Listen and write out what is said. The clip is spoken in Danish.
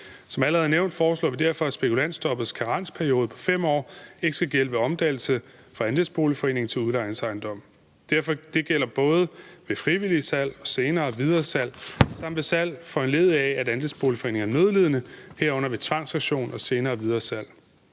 Som allerede nævnt foreslår vi derfor, at spekulantstoppets karensperiode på 5 år ikke skal gælde ved omdannelse fra andelsboligforening til udlejningsejendom. Det gælder både ved frivilligt salg og senere videresalg samt ved salg foranlediget af, at andelsboligforeningerne er nødlidende, herunder ved tvangsauktioner og senere videresalg.